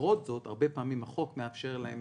למרות זאת, הרבה פעמים החוק מאפשר להם